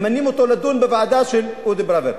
ממנים אותו לדון בוועדה של אודי פראוור.